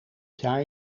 jaar